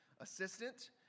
assistant